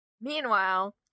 meanwhile